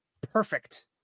perfect